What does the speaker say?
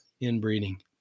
inbreeding